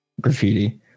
graffiti